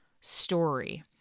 story